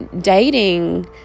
dating